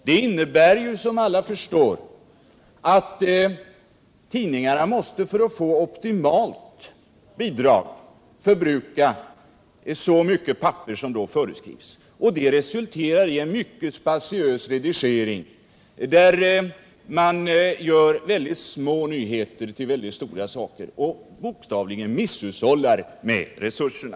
Det innebär, som alla förstår, att tidningarna — för att få optimalt bidrag — måste förbruka så mycket papper som föreskrivs. Det resulterar i en mycket spatiös redigering, där man gör små nyheter till väldigt stora saker, och bokstavligen misshushållar med resurserna.